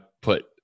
put